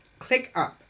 ClickUp